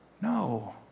No